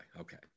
Okay